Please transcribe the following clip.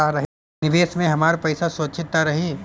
निवेश में हमार पईसा सुरक्षित त रही?